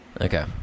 Okay